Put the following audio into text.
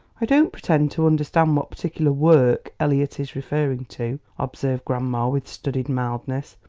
i don't pretend to understand what particular work elliot is referring to, observed grandma, with studied mildness.